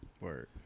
Word